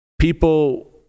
people